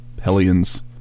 Hellions